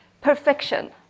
perfection